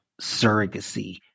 surrogacy